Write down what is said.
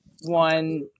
one